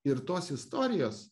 ir tos istorijos